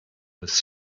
was